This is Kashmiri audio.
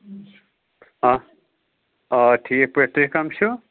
آ آ ٹھیٖک پٲٹھۍ تُہۍ کَم چھُو